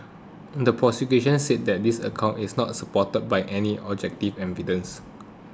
the prosecution says this account is not supported by any objective evidence